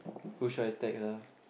who should I text ah